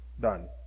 Done